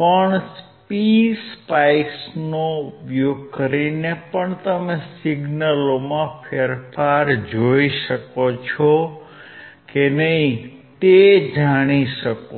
પણ PSpice નો ઉપયોગ કરીને પણ તમે સિગ્નલોમાં ફેરફાર જોઈ શકો છો કે નહીં તે જાણી શકો છો